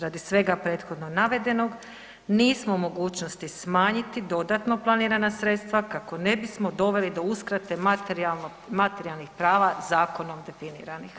Radi svega prethodnog navedenog nismo u mogućnosti smanjiti dodatno planirana sredstva kako ne bismo doveli do uskrate materijalnih prava zakonom definiranih.